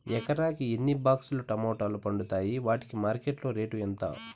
ఎకరాకి ఎన్ని బాక్స్ లు టమోటాలు పండుతాయి వాటికి మార్కెట్లో రేటు ఎంత?